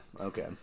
okay